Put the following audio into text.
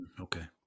Okay